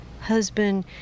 husband